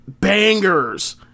bangers